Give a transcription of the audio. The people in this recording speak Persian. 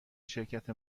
شرکت